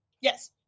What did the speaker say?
yes